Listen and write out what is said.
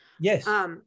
Yes